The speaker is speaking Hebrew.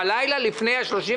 בלילה לפני ה-31?